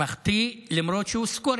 מחטיא, למרות שהוא scorer.